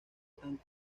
tan